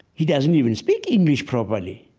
he doesn't even speak english properly,